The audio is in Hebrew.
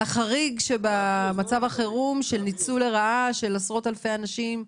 לחריג שבמצב החירום של ניצול לרעה של עשרות אלפי אנשים.